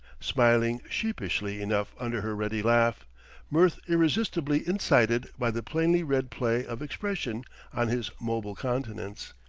smiling sheepishly enough under her ready laugh mirth irresistibly incited by the plainly-read play of expression on his mobile countenance.